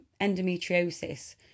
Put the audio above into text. endometriosis